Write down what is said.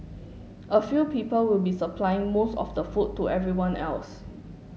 a few people will be supplying most of the food to everyone else